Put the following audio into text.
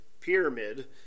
pyramid